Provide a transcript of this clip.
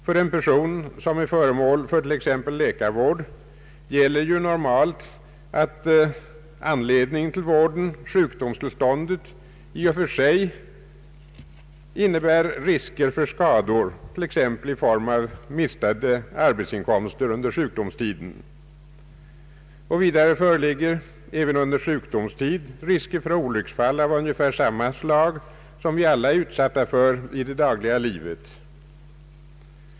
För en person som är föremål för t.ex. läkarvård gäller ju normalt att anledningen till vården, sjukdomstillståndet, i och för sig innebär risker för skador exempelvis i form av mistade arbetsinkomster under sjukdomstiden. Vidare föreligger även under sjukdomstiden risker för olycksfall av ungefär samma slag som vi alla är utsatta för i det dagliga livet.